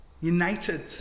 united